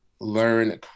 learn